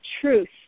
truth